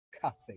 cutting